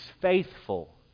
faithful